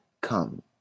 come